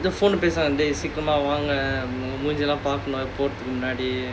the phone episode they seek them out wang a long path my poor nerdy